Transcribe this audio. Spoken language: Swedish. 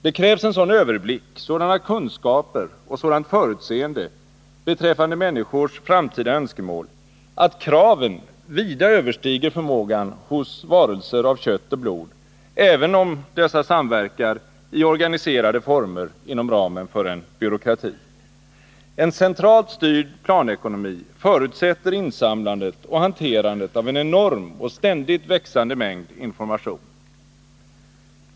Det krävs en sådan överblick, sådana kunskaper och sådant förutseende beträffande människors framtida önskemål att kraven vida överstiger förmågan hos varelser av kött och blod, även om dessa samverkar i organiserade former inom ramen för en byråkrati. En centralt styrd planekonomi förutsätter insamlandet och hanterandet av en enorm och ständigt växande mängd information.